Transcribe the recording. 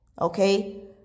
Okay